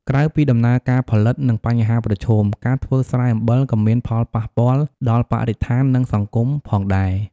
ក្រៅពីដំណើរការផលិត និងបញ្ហាប្រឈម ការធ្វើស្រែអំបិលក៏មានផលប៉ះពាល់ដល់បរិស្ថាន និងសង្គមផងដែរ។